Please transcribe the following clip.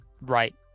Right